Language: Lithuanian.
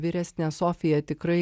vyresnė sofija tikrai